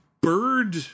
bird